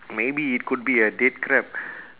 maybe it could be a dead crab